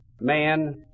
man